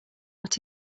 what